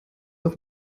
auf